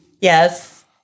Yes